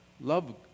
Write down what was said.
love